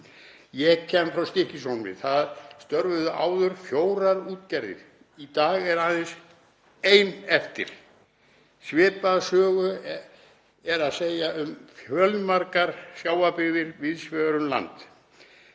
Ég kem frá Stykkishólmi. Þar störfuðu áður fjórar útgerðir en í dag er aðeins ein eftir. Svipaða sögu er að segja um fjölmargar sjávarbyggðir víðs vegar um land.